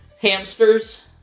hamsters